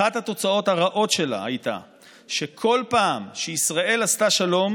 אחת התוצאות הרעות שלה הייתה שכל פעם שישראל עשתה שלום